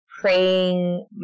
praying